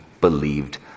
believed